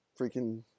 freaking